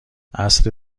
عصر